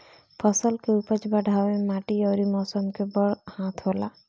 फसल के उपज बढ़ावे मे माटी अउर मौसम के बड़ हाथ होला